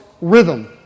rhythm